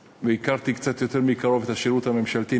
והכרתי קצת יותר מקרוב את השירות הממשלתי,